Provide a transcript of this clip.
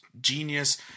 genius